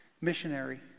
missionary